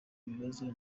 bibazo